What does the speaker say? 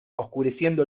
oscureciendo